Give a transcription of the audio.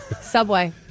Subway